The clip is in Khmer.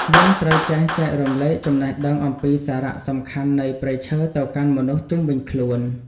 យើងត្រូវចេះចែករំលែកចំណេះដឹងអំពីសារៈសំខាន់នៃព្រៃឈើទៅកាន់មនុស្សជុំវិញខ្លួន។